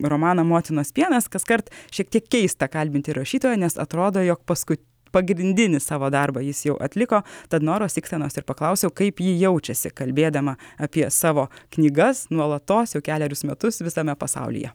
romaną motinos pienas kaskart šiek tiek keista kalbinti rašytoją nes atrodo jog paskui pagrindinį savo darbą jis jau atliko tad noros ikstenos ir paklausiau kaip ji jaučiasi kalbėdama apie savo knygas nuolatos jau kelerius metus visame pasaulyje